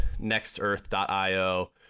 NextEarth.io